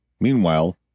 Meanwhile